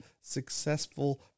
successful